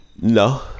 No